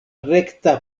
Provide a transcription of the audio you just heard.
rekta